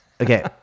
Okay